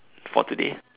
for today